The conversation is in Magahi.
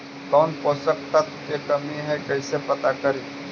कौन पोषक तत्ब के कमी है कैसे पता करि?